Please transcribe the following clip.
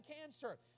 cancer